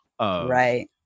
right